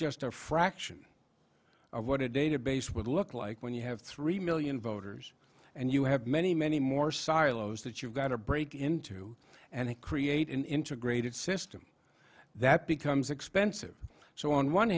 just a fraction of what a database would look like when you have three million voters and you have many many more silos that you've got to break into and create an integrated system that becomes expensive so on one